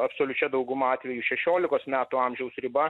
absoliučia dauguma atvejų šešiolika metų amžiaus riba